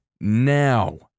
now